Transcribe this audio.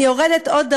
אני יורדת עוד דרומה.